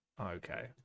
okay